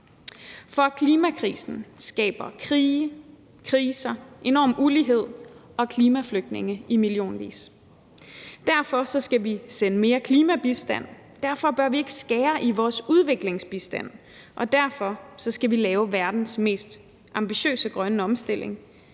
For klimakrisen skaber krige, kriser, enorm ulighed og klimaflygtninge i millionvis. Derfor skal vi sende mere klimabistand, og derfor bør vi ikke skære i vores udviklingsbistand, og derfor skal vi lave verdens mest ambitiøse grønne omstilling,